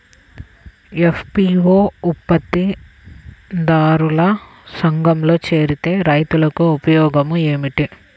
FPO ఉత్పత్తి దారుల సంఘములో చేరితే రైతులకు ఉపయోగము ఏమిటి?